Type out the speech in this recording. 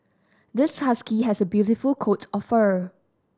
this husky has a beautiful coat of fur